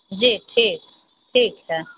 जी ठीक ठीक है